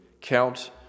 count